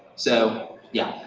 so, yeah,